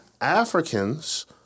Africans